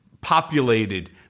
populated